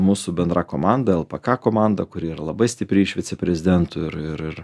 mūsų bendra komanda lpk komanda kuri yra labai stipri iš viceprezidentų ir ir ir